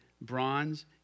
bronze